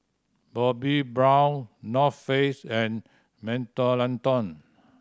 Bobbi Brown North Face and Mentholatum